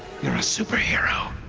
you're a superhero.